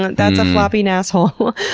that's a floppy nasshole.